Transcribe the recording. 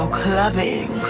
clubbing